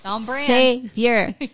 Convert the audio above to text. savior